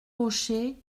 rochers